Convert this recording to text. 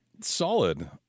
solid